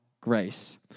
grace